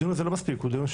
הדיון הזה הוא לא מספיק, זה